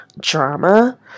drama